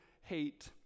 hate